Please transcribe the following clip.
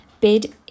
bid